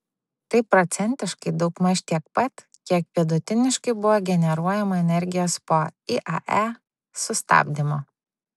tai procentiškai daugmaž tiek pat kiek vidutiniškai buvo generuojama energijos po iae sustabdymo